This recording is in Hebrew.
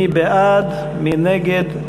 מי בעד, מי נגד?